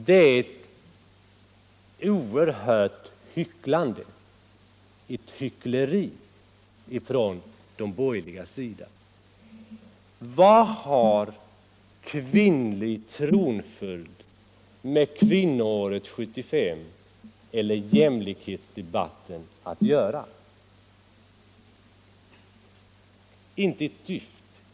Det är ett oerhört hyckleri från de borgerligas sida. Vad har kvinnlig tronföljd med kvinnoåret 1975 eller jämlikhetsdebatten att göra? Inte ett dyft!